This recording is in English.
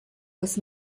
with